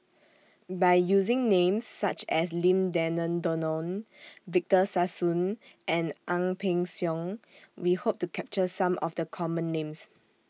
By using Names such as Lim Denan Denon Victor Sassoon and Ang Peng Siong We Hope to capture Some of The Common Names